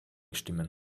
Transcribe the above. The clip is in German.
stimmen